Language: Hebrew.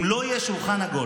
אם לא יהיה שולחן עגול